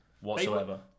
Whatsoever